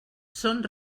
són